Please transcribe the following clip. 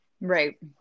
right